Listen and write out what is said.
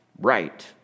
right